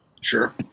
Sure